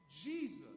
Jesus